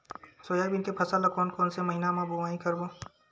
Soybean के फसल ल कोन कौन से महीना म बोआई करबो?